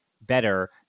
better